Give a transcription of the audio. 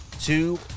two